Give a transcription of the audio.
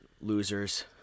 Losers